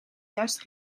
juiste